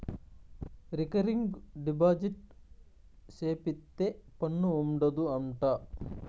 recurring deposit సేపిత్తే పన్ను ఉండదు అంట